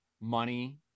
money